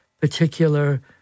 particular